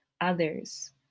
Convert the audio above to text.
others